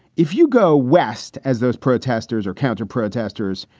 if you go west as those protesters or counter protesters.